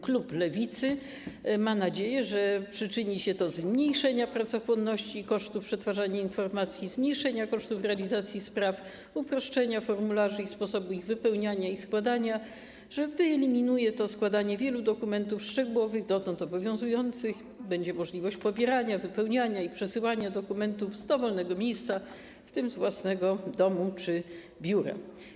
Klub Lewicy ma nadzieję, że przyczyni się to do zmniejszenia pracochłonności i kosztów przetwarzania informacji, zmniejszenia kosztów realizacji spraw, uproszczenia formularzy i sposobu ich wypełniania i składania, że wyeliminuje to składanie wielu dokumentów szczegółowych dotąd obowiązujących, że będzie możliwość pobierania, wypełniania i przesyłania dokumentów z dowolnego miejsca, w tym z własnego domu czy biura.